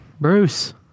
Bruce